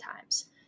times